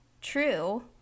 true